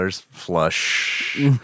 flush